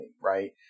right